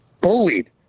bullied